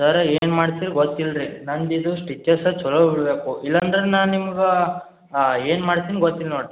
sir ಏನು ಮಾಡ್ತಿರ ಗೊತ್ತಿಲ್ಲದೆ ನನ್ಗ ಇದು ಸ್ವಿಚ್ಚಸ್ಸೇ ಛಲೋ ಹಿಡಿಬೇಕು ಇಲ್ಲಾಂದರೆ ನಾನು ನಿಮ್ಗ ಏನು ಮಾಡ್ತೀನಿ ಗೊತ್ತಿಲ್ಲ ನೋಡ್ರಿ